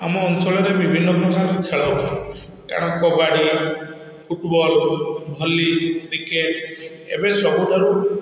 ଆମ ଅଞ୍ଚଳରେ ବିଭିନ୍ନ ପ୍ରକାର ଖେଳ ହୁଏ କାରଣ କବାଡ଼ି ଫୁଟବଲ୍ ହେଉ ଭଲି କ୍ରିକେଟ୍ ଏବେ ସବୁଠାରୁ